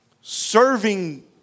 serving